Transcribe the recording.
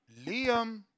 Liam